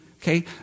okay